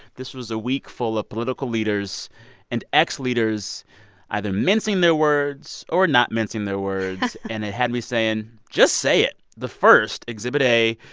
this was a week full of political leaders and ex-leaders either mincing their words or not mincing their words. and it had me saying just say it. the first, exhibit a,